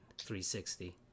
360